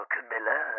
Camilla